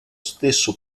stesso